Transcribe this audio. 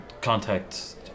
Contact